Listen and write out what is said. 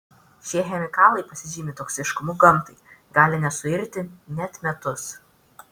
šie chemikalai pasižymi toksiškumu gamtai gali nesuirti net metus